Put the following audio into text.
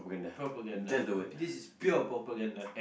propaganda this is pure propaganda